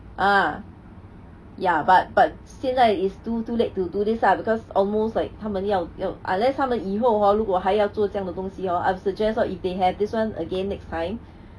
uh ya but but 现在 is too too late to do this ah because almost like 他们要要 unless 他们以后 hor 如果还要做这样的东西 hor I would suggest lor if they have this [one] again next time